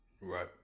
Right